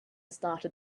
started